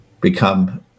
become